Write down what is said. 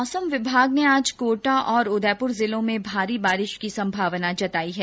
मौसम विभाग ने आज कोटा और उदयपुर जिलों में भारी बारिश की संभावना जताई है